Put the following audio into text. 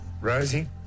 Rosie